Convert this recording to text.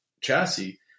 chassis